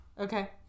Okay